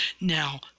now